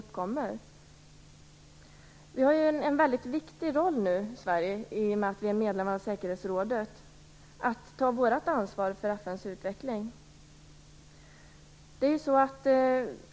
Sverige har nu en väldigt viktig roll, i och med att vi är medlemmar av säkerhetsrådet, och måste ta vårt ansvar för FN:s utveckling.